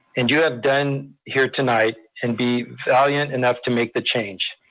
and you have done here tonight, and be valiant enough to make the change.